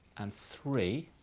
and three,